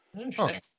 Interesting